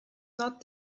not